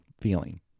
feeling